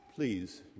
Please